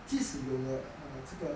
即使有了这个